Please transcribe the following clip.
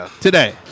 today